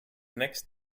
next